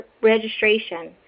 registration